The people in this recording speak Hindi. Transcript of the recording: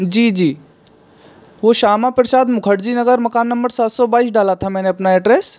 जी जी वह श्यामा प्रसाद मुखर्जी नगर मकान नंबर सात सौ बाईस डाला था मैंने अपना एड्रेस